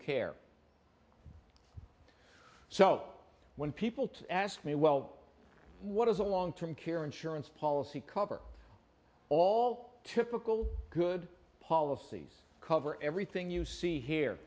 care so when people ask me well what is a long term care insurance policy cover all typical good policies cover everything you see here